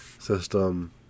System